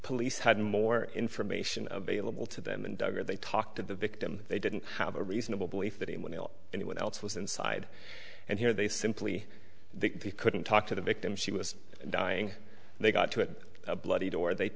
police had more information available to them and dug or they talked to the victim they didn't have a reasonable belief that he will anyone else was inside and here they simply couldn't talk to the victim she was dying they got to it a bloody door they they